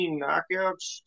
knockouts